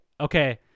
Okay